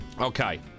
okay